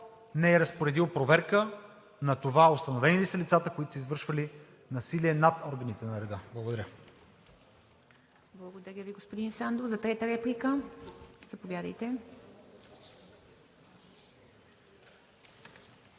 не е разпоредил проверка на това – установени ли са лицата, които са извършвали насилие над органите на реда? Благодаря. ПРЕДСЕДАТЕЛ ИВА МИТЕВА: Благодаря Ви, господин Сандов. За трета реплика? Заповядайте.